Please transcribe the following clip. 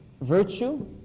virtue